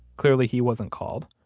clearly he wasn't called.